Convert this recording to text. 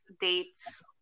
dates